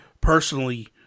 personally